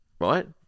right